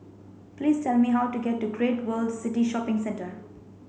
please tell me how to get to Great World City Shopping Centre